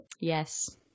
Yes